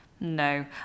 No